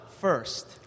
first